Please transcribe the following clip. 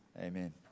Amen